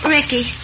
Ricky